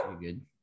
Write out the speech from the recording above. Good